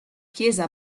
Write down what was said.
chiesa